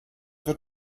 wird